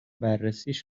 بررسیش